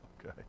Okay